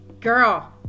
Girl